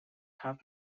have